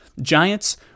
Giants